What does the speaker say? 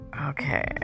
okay